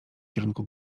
kierunku